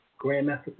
Grandmaster